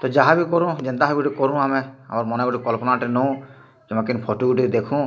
ତ ଯାହା ବି କରୁଁ ଯେନ୍ତହା ଗୋଟେ କରୁଁ ଆମେ ଆମର୍ ମନେ ଗୋଟେ କଲ୍ପନାଟେ ନଉଁ କିମ୍ବା କେନ୍ ଫଟୁ ଗୋଟେ ଦେଖୁଁ